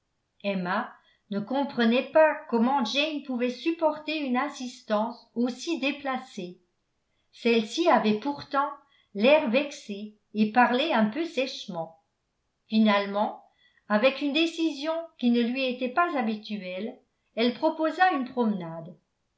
emma ne comprenait pas comment jane pouvait supporter une insistance aussi déplacée celle-ci avait pourtant l'air vexée et parlait un peu sèchement finalement avec une décision qui ne lui était pas habituelle elle proposa une promenade